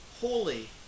holy